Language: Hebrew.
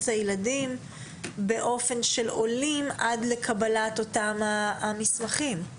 הילדים באופן שקולט עולים עד לקבלת אותם מסמכים.